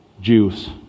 Jews